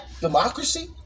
democracy